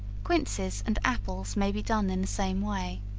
quinces and apples may be done in the same way.